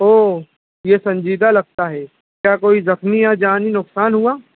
او یہ سنجیدہ لگتا ہے کیا کوئی زخمی یا جانی نقصان ہُوا